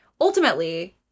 Ultimately